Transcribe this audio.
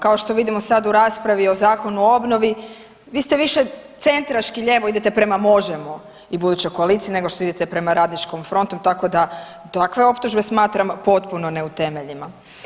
Kao što vidimo sad u raspravi o Zakonu u obnovi vi ste više centraški lijevo idete prema Možemo i budućoj koaliciji nego što idete prema Radničkom frontom, tako da takve optužbe smatram potpuno ne u temeljima.